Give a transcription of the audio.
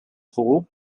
pool